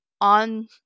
on